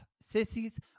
Sissies